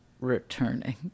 returning